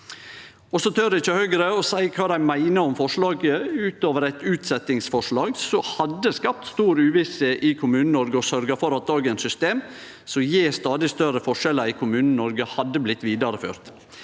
og så torer ikkje Høgre å seie kva dei meiner om forslaget – utover eit utsetjingsforslag som hadde skapt stor uvisse i Kommune-Noreg og sørgt for at dagens system, som gjev stadig større forskjellar i Kommune-Noreg, hadde blitt vidareført.